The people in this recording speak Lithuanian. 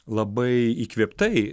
labai įkvėptai